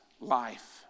life